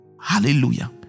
Hallelujah